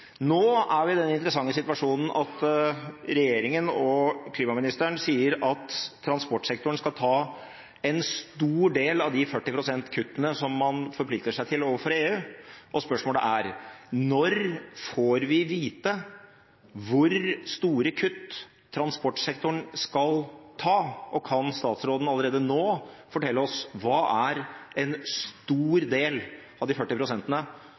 Nå er vi i den interessante situasjonen at regjeringen og klimaministeren sier at transportsektoren skal ta en stor del av de 40 pst. kutt som man forplikter seg til overfor EU. Og spørsmålet er: Når får vi vite hvor store kutt transportsektoren skal ta, og kan statsråden allerede nå fortelle oss: Hva er en stor del av de 40